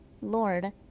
Lord